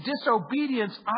disobedience